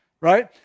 right